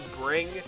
bring